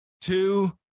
two